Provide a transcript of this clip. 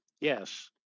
Yes